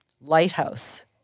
lighthouse